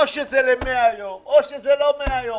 או שזה ל-100 יום או שזה לא 100 יום.